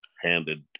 handed